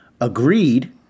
agreed